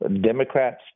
Democrats